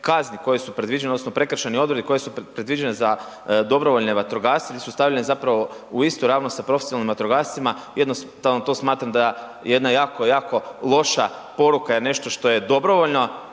kazni koje su predviđene odnosno prekršajnih odredbi koje su predviđene za dobrovoljne vatrogasce, di su stavljeni zapravo u istu …/Govornik se ne razumije/…sa profesionalnim vatrogascima, jednostavno to smatram da je jedna jako, jako loša poruka, jer nešto što je dobrovoljno,